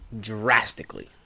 Drastically